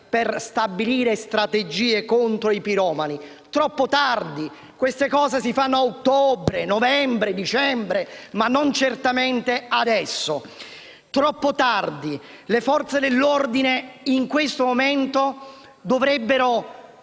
per definire strategie contro i piromani: troppo tardi. Queste cose si fanno a ottobre, novembre o dicembre, ma certamente non adesso. È troppo tardi. Le Forze dell'ordine in questo momento dovrebbero